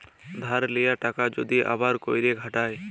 ধার লিয়া টাকা যদি আবার ক্যইরে খাটায়